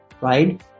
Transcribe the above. right